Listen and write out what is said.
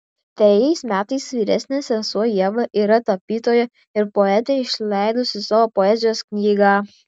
trejais metais vyresnė sesuo ieva yra tapytoja ir poetė išleidusi savo poezijos knygą